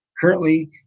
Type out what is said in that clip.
Currently